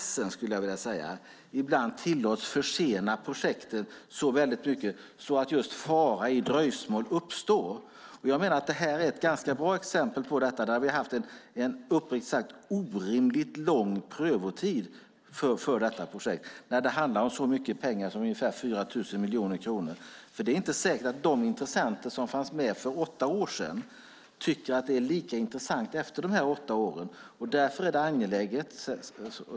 Jag skulle vilja säga att särintressen ibland tillåts försena projekten så mycket att just fara i dröjsmål uppstår. Jag menar att det här är ett bra exempel på det. Uppriktigt sagt har vi haft en orimligt lång prövotid för detta projekt när det handlar om så mycket pengar som ungefär 4 000 miljoner kronor. Det är inte säkert att de intressenter som fanns med för åtta år sedan tycker att projektet efter dessa åtta år är lika intressant.